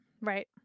Right